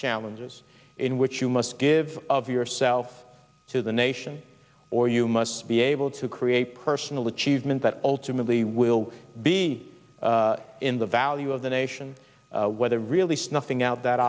challenges in which you must give of yourself to the nation or you must be able to create personal achievement that ultimately will be in the value of the nation whether released nothing out that